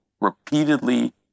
repeatedly